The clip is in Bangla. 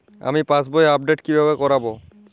আমি পাসবই আপডেট কিভাবে করাব?